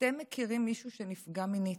אתם מכירים מישהו שנפגע מינית.